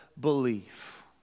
belief